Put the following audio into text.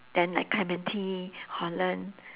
then like clementi holland